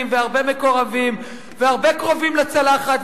והרבה מקורבים והרבה קרובים לצלחת,